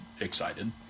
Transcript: excited